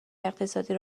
اقتصادی